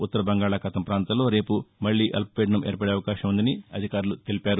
ఉత్తర బంగాళాఖాతం ప్రాంతంలో రేపు మళ్లీ అల్పపీడనం ఏర్పడే అవకాశం ఉందని తెలిపారు